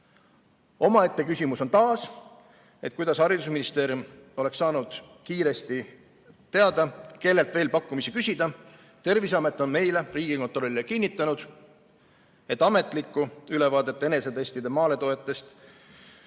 Omaette küsimus on taas, kuidas haridusministeerium oleks saanud kiiresti teada, kellelt veel pakkumisi küsida. Terviseamet on meile, Riigikontrollile, kinnitanud, et ametlikku ülevaadet enesetestide maaletoojatest